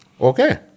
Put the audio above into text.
Okay